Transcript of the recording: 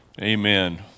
Amen